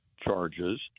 charges